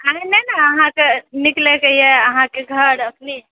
आइ नहि ने अहाँ कऽ निकले कऽ यहऽ अहाँ कऽ घरऽ अपनि